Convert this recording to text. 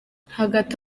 hagati